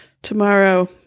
Tomorrow